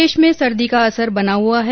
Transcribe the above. प्रदेश में सर्दी का असर बना हुआ है